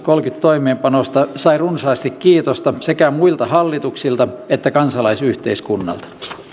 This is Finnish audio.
toimeenpanosta sai runsaasti kiitosta sekä muilta hallituksilta että kansalaisyhteiskunnalta